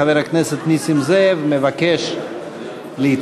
חבר הכנסת נסים זאב מבקש להתנגד.